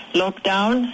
lockdown